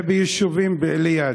וביישובים ליד.